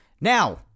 Now